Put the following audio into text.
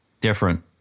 Different